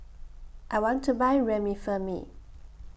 I want to Buy Remifemin